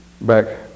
back